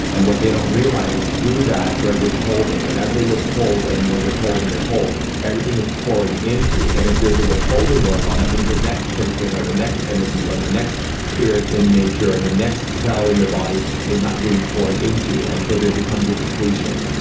and what they don't realize is through that, they're withholding. and as they withhold, and withhold, and withhold, everything is pouring into. and if there's a withholding going on, that means the next person or the next energy or the next spirit in nature, the next cell in your body is not getting poured into. and so there becomes a depletion.